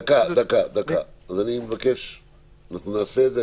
אנחנו נעשה את זה.